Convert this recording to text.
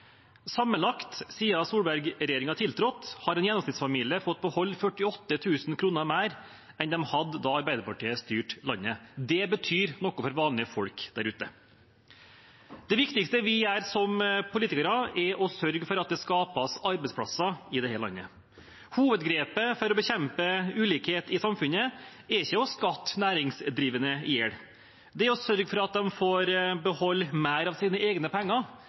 Sammenlagt siden Solberg-regjeringen tiltrådte, har en gjennomsnittsfamilie fått beholde 48 000 kr mer enn de hadde da Arbeiderpartiet styrte landet. Det betyr noen for vanlige folk der ute. Det viktigste vi gjør som politikere, er å sørge for at det skapes arbeidsplasser i dette landet. Hovedgrepet for å bekjempe ulikhet i samfunnet er ikke å skatte næringsdrivende i hjel. Det er å sørge for at de får beholde mer av sine egne penger,